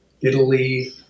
Italy